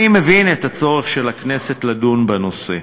אני מבין את הצורך של הכנסת לדון בנושא,